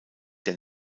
der